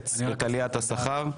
ולקצץ את עליית השכר.